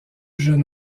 jeune